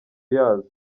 yazo